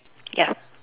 yep